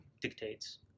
dictates